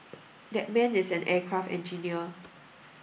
that man is an aircraft engineer